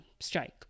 strike